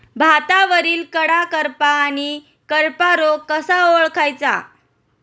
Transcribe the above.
भातावरील कडा करपा आणि करपा रोग कसा ओळखायचा?